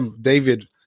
David